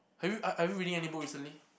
have you are are you reading any book recently